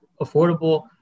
affordable